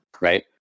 Right